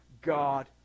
God